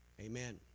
Amen